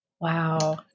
Wow